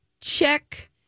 check